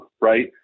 right